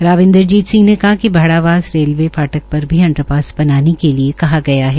राव इंद्रजीत सिंह ने कहा कि भाडावास रेलवे फाटक पर भी अंडर पास बनाने के लिए कहा गया है